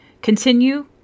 Continue